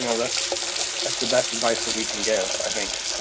you know that's that's the best advice that we can give, i think,